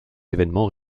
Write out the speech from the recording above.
événements